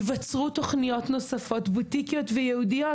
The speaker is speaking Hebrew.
ייווצרו תוכניות נוספות בוטיקיות וייעודיות